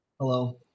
Hello